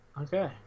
Okay